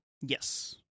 Yes